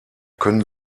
können